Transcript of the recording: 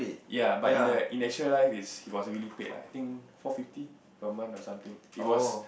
ya but in the in the actual life is his was actually paid ah I think four fifty per month for something he was